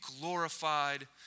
glorified